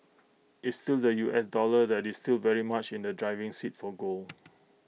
it's still the U S dollar that is still very much in the driving seat for gold